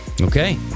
Okay